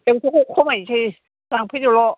एक्स'सोखौ खमायनोसै लांफैदोल'